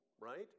right